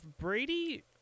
Brady